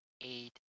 Eight